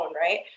right